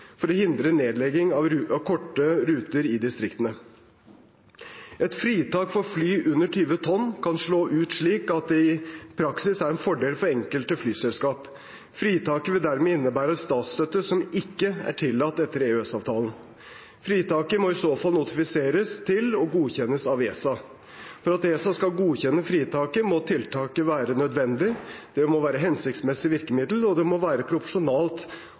for å hindre nedlegging av korte ruter i distriktene. Et fritak for fly under 20 tonn kan slå ut slik at det i praksis er en fordel for enkelte flyselskaper. Fritaket vil dermed innebære statsstøtte som ikke er tillatt etter EØS-avtalen. Fritaket må i så fall notifiseres til og godkjennes av ESA. For at ESA skal godkjenne fritaket, må tiltaket være nødvendig, det må være et hensiktsmessig virkemiddel, og det må være proporsjonalt